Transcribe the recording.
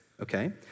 Okay